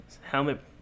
helmet